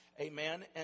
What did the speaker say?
Amen